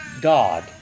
God